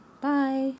Bye